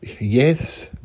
Yes